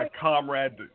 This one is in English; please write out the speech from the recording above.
comrade